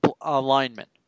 alignment